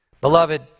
Beloved